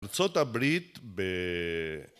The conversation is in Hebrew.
ארצות הברית ב...